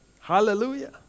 Hallelujah